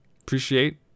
appreciate